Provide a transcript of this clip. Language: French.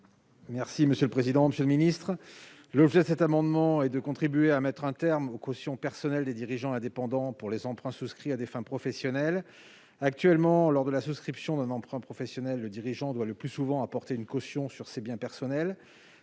est ainsi libellé : La parole est à M. Éric Gold. Par cet amendement, nous souhaitons contribuer à mettre un terme aux cautions personnelles des dirigeants indépendants pour les emprunts souscrits à des fins professionnelles. Actuellement, lors de la souscription d'un emprunt professionnel, le dirigeant doit le plus souvent apporter une caution sur ses biens personnels.